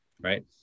Right